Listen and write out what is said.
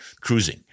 cruising